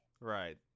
Right